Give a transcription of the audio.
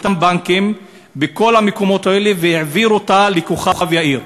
בנקים בכל המקומות האלה והעביר אותן לכוכב-יאיר.